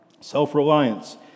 Self-Reliance